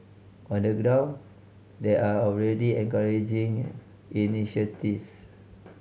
on the ground there are already encouraging initiatives